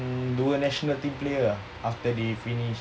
they were national team player ah after they finish